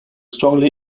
strongly